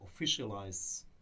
officialize